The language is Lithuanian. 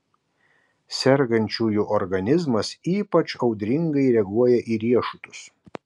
sergančiųjų organizmas ypač audringai reaguoja į riešutus